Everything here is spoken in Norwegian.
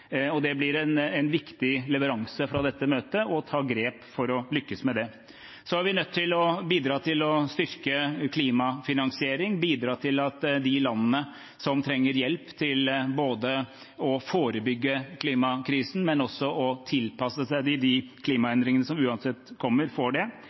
Det blir en viktig leveranse fra dette møtet: å ta grep for å lykkes med det. Så er vi nødt til å bidra til å styrke klimafinansiering og bidra til at de landene som trenger hjelp, både til å forebygge klimakrisen og til å tilpasse seg de klimaendringene som uansett kommer, får det.